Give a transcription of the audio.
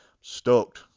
stoked